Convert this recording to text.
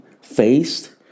faced